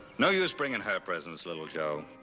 no use bringing her presents, little joe.